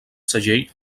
segell